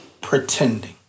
pretending